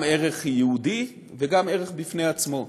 גם ערך יהודי וגם ערך בפני עצמו,